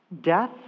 death